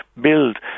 build